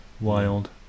Wild